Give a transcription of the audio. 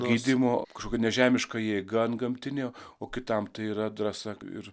gydymo kažkokia nežemiška jėga antgamtinio o kitam tai yra drąsa ir